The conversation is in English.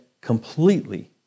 completely